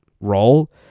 role